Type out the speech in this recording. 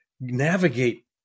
navigate